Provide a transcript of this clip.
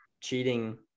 cheating